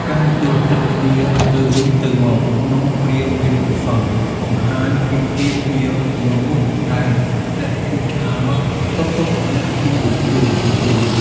ការយល់ចិត្តគ្នាទៅវិញទៅមកក្នុងគ្រាមានអាសន្ន បង្ហាញពីភាពជាមនុស្សដែលចេះឈឺឆ្អាលសុខទុក្ខអ្នកជុំវិញខ្លួនជានិច្ច។